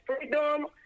freedom